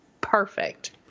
perfect